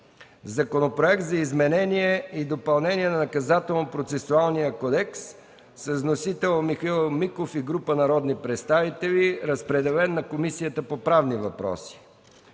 Законопроект за изменение и допълнение на Наказателнопроцесуалния кодекс. Вносители са Михаил Миков и група народни представители. Водеща е Комисията по правни въпроси.